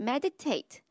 Meditate